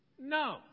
No